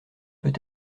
peut